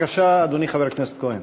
בבקשה, אדוני, חבר הכנסת כהן.